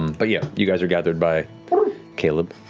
but yeah, you guys are gathered by caleb.